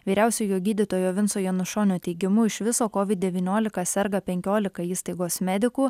vyriausiojo gydytojo vinco janušonio teigimu iš viso kovid devyniolika serga penkiolika įstaigos medikų